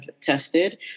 tested